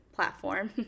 Platform